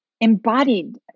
embodied